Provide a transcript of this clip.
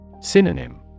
Synonym